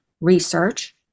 research